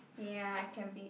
ya I can be